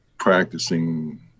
practicing